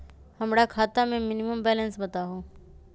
हमरा खाता में मिनिमम बैलेंस बताहु?